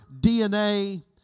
DNA